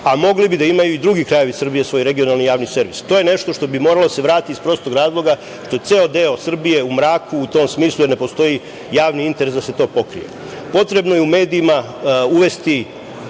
a mogli bi da imaju i drugi krajevi Srbije svoj regionalni javni servis. To je nešto što bi moralo da se vrati iz prostog razloga što je ceo deo Srbije u mraku, u tom smislu ne postoji javni interes da se to pokrije. Potrebno je u medijima uvesti